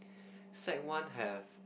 sec one have